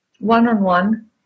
one-on-one